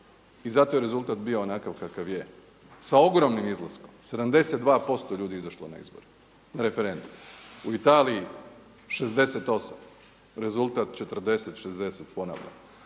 i zato je rezultat bio onakav kakav je, sa ogromnim izlaskom 72% je ljudi izašlo na referendum. U Italiji 68. Rezultat 40, 60 ponavljam.